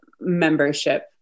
membership